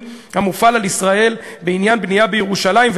המופעל על ישראל בעניין בנייה בירושלים,